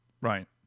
Right